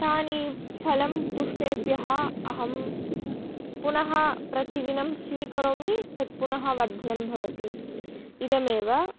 तानि फलं पुष्पेभ्यः अहं पुनः प्रतिदिनं स्वीकरोमि तत्पुनः वर्धनं भवति इदमेव